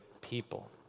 people